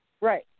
Right